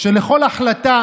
שלכל החלטה